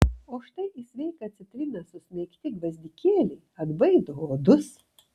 o štai į sveiką citriną susmeigti gvazdikėliai atbaido uodus